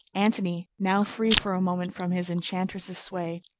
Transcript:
antony, now free for a moment from his enchantress's sway,